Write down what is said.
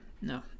No